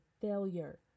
failure